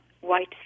white